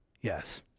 yes